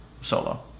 solo